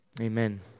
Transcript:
amen